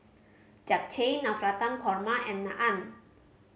Japchae Navratan Korma and Naan